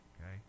Okay